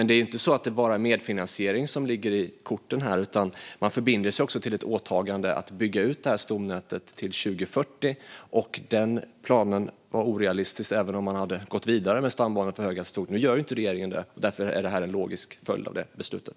Det är dock inte bara medfinansiering som ligger i korten här, utan man förbinder sig också till ett åtagande att bygga ut stomnätet till 2040. Den planen hade varit orealistisk även om man hade gått vidare med stambanor för höghastighetståg. Nu gör inte regeringen det, och detta är en logisk följd av det beslutet.